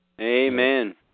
Amen